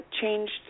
Changed